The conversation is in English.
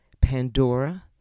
Pandora